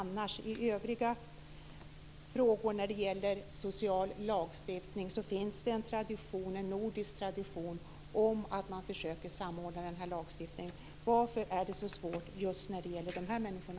I övriga frågor som gäller social lagstiftning finns det en nordisk tradition om att man försöker samordna lagstiftningen. Varför är det så svårt just när det gäller de här människorna?